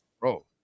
bro